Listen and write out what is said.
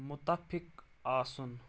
مُتفِق آسُن